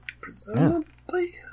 Presumably